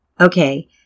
Okay